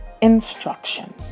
instruction